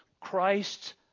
Christ